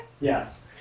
Yes